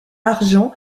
argent